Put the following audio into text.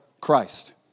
Christ